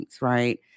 right